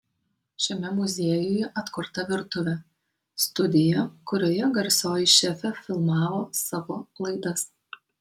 šiame muziejuje atkurta virtuvė studija kurioje garsioji šefė filmavo savo laidas